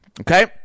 okay